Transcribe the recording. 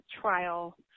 trial